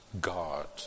God